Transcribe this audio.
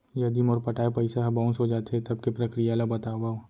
यदि मोर पटाय पइसा ह बाउंस हो जाथे, तब के प्रक्रिया ला बतावव